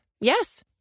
Yes